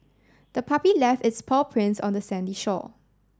the puppy left its paw prints on the sandy shore